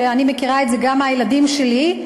אני מכירה את זה גם מהילדים שלי,